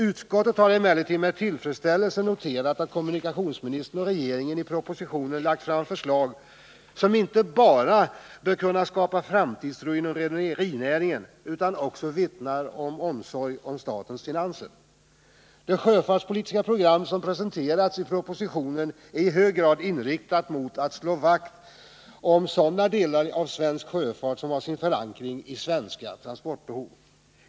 Utskottet har emellertid med tillfredsställelse noterat att kommunikationsministern och regeringen i propositionen lagt fram förslag som inte bara bör kunna skapa framtidstro inom rederinäringen utan också vittnar om omsorg Det sjöfartspolitiska program som presenteras i propositionen är i hög grad inriktat på att slå vakt om sådana delar av svensk sjöfart som har sin förankring i svenska transportbehov.